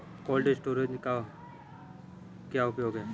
Cold storage का क्या उपयोग है?